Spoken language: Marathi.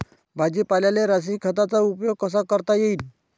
भाजीपाल्याले रासायनिक खतांचा उपयोग कसा करता येईन?